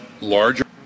larger